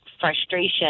frustration